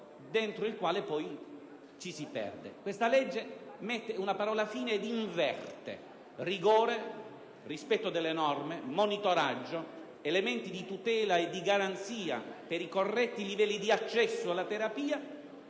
del quale poi ci si perde. Questa legge mette la parola fine a questa situazione ed inverte: rigore, rispetto delle norme, monitoraggio, elementi di tutela e di garanzia per i corretti livelli di accesso alla terapia,